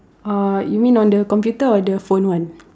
uh you mean on the computer or on the phone one